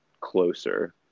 closer